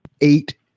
Eight